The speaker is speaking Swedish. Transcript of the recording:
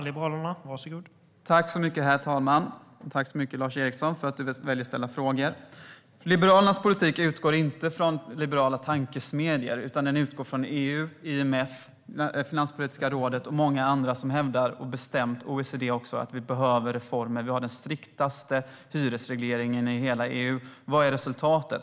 Herr talman! Tack så mycket, Lars Eriksson, för att du väljer att ställa frågor. Liberalernas politik utgår inte från liberala tankesmedjor utan från EU, IMF, Finanspolitiska rådet, OECD och många andra som bestämt hävdar att vi behöver reformer. Vi har den striktaste hyresregleringen i hela EU. Vad är resultatet?